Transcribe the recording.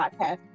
podcast